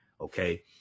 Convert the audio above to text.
Okay